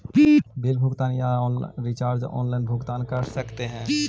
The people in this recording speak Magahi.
बिल भुगतान या रिचार्ज आनलाइन भुगतान कर सकते हैं?